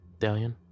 Dalian